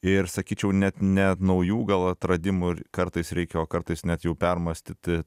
ir sakyčiau net ne naujų gal atradimų ir kartais reikia o kartais net jau permąstyti